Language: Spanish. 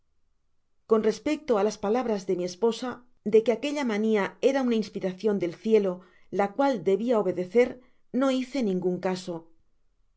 con respecto á las palabras de mi esposa de que aquella mania era una inspiracion del cielo la cual debia obedecer no hice ningun caso